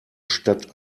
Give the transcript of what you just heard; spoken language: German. statt